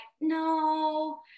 no